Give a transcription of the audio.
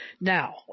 Now